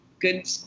good